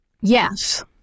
yes